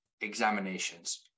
examinations